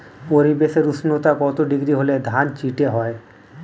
পরিবেশের উষ্ণতা কত ডিগ্রি হলে ধান চিটে হয়?